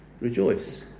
rejoice